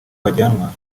bajyanwa